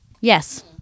Yes